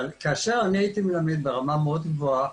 אבל כאשר אני הייתי מלמד ברמה מאוד גבוהה,